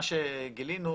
מה שגילינו,